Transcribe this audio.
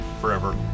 forever